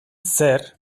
zer